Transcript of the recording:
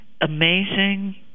amazing